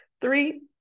Three